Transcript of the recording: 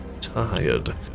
tired